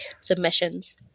submissions